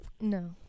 No